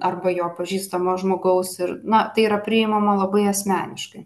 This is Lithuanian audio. arba jo pažįstamo žmogaus ir na tai yra priimama labai asmeniškai